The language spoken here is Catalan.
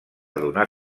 donar